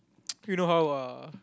you know how uh